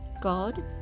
God